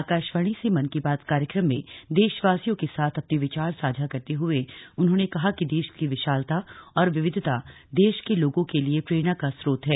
आकाशवाणी से मन की बात कार्यक्रम में देशवासियों के साथ अपने विचार साझा करते हुए उन्होंने कहा कि देश की विशालता और विविधता देश के लोगों के लिए प्रेरणा का स्रोत है